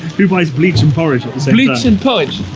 blue eyes bleed some porridge elites in poetry